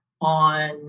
on